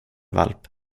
valp